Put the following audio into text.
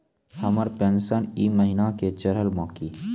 हमर पेंशन ई महीने के चढ़लऽ बानी?